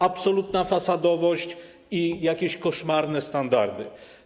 Absolutna fasadowość i jakieś koszmarne standardy.